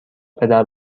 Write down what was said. پدر